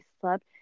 slept